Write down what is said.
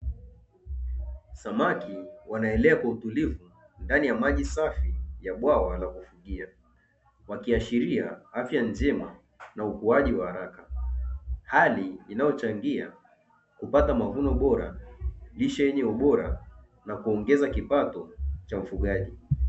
Samaki wanaelewa utulivu ndani ya maji safi ya bwawa la kufugia, wakiashiria afya njema na ukuaji wa haraka, hali inayochangia kupata mavuno bora, lisha yenye ubora na kuongeza kipato cha mfugaji